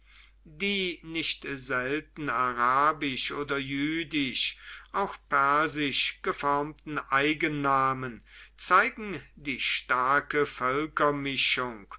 die nicht selten arabisch oder jüdisch auch persisch geformten eigennamen zeigen die starke